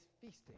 feasting